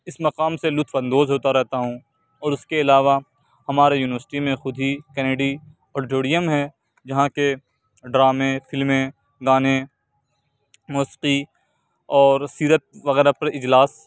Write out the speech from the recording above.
اس مقام سے لطف اندوز ہوتا رہتا ہوں اور اس کے علاوہ ہمارے یونیورسٹی میں خود ہی کنیڈی آڈیٹوریم ہے جہاں کے ڈرامے فلمیں گانے موسیقی اور سیرت وغیرہ پر اجلاس